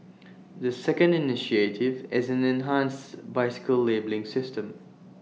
the second initiative is an enhanced bicycle labelling system